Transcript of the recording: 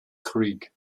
creek